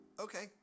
Okay